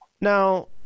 Now